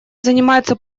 занимается